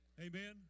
Amen